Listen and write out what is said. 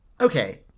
Okay